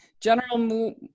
General